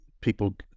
people